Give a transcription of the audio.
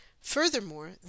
Furthermore